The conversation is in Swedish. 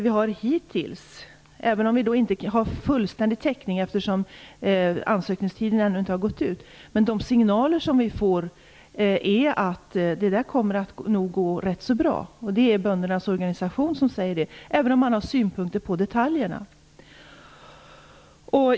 Vi har inte fullständig täckning eftersom ansökningstiden inte har gått ut, men enligt de signaler som vi hittills har fått kommer detta att gå rätt så bra. Det säger böndernas organisation, även om man har synpunkter på detaljerna.